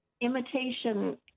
imitation